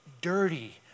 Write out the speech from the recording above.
dirty